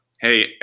hey